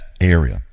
area